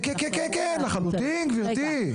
כן, כן, כן, לחלוטין גברתי.